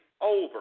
over